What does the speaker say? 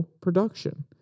production